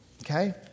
Okay